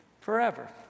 forever